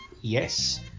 Yes